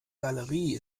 galerie